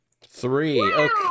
Three